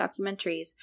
documentaries